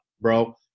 bro